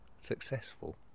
successful